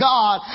God